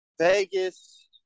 Vegas